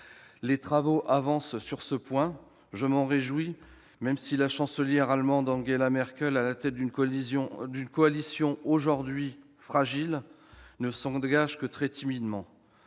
les travaux avancent, et je m'en réjouis, même si la chancelière Angela Merkel, à la tête d'une coalition aujourd'hui fragile, ne s'engage que très timidement.